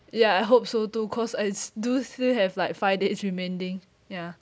ya I hope so too cause I do still have like five days remaining ya